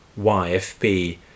YFP